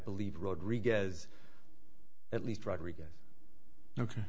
believe rodriguez at least rodriguez ok